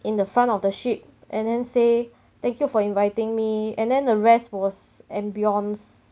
in the front of the ship and then say thank you for inviting me and then the rest was ambience